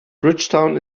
bridgetown